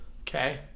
Okay